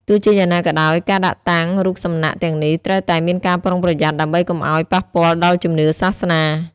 ទោះជាយ៉ាងណាក៏ដោយ ក៏ការដាក់តាំងរូបសំណាកទាំងនេះត្រូវតែមានការប្រុងប្រយ័ត្នដើម្បីកុំឱ្យប៉ះពាល់ដល់ជំនឿសាសនា។